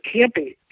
camping